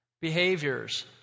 behaviors